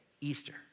Easter